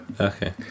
Okay